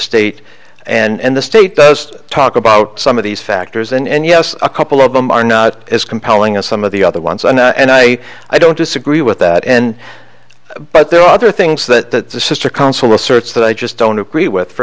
state and the state does talk about some of these factors and yes a couple of them are not as compelling as some of the other ones and and i i don't disagree with that and but there are other things that the sister council research that i just don't agree with for